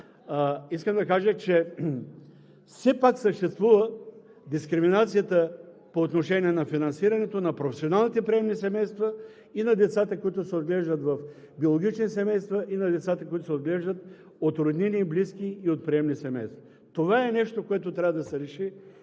среда тези деца все пак съществува дискриминацията по отношение на финансирането на професионалните приемни семейства и на децата, които се отглеждат в биологични семейства, и на децата, които се отглеждат от роднини, близки и от приемни семейства. Това е нещо, което трябва да се реши